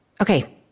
okay